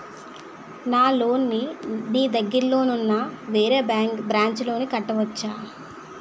నా లోన్ నీ దగ్గర్లోని ఉన్న వేరే బ్రాంచ్ లో కట్టవచా?